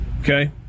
Okay